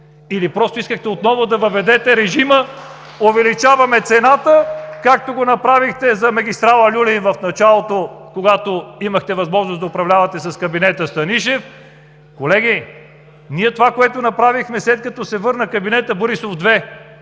или просто искахте отново да въведете режима: увеличаваме цената, както го направихте за магистрала „Люлин“ в началото, когато имахте възможност да управлявате с кабинета Станишев. Колеги, ние това, което направихме, след като се върна кабинетът Борисов 2,